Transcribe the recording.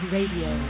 Radio